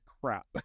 crap